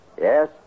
Yes